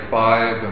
five